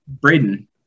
Braden